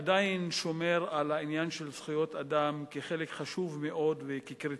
עדיין שומר על העניין של זכויות אדם כחלק חשוב מאוד